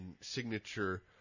signature